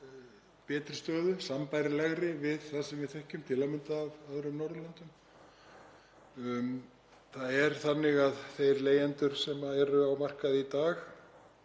betri stöðu sambærilega við það sem við þekkjum til að mynda á öðrum Norðurlöndum. Það er þannig að þeir leigjendur sem eru á markaði í dag